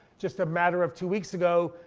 just a matter of two weeks ago,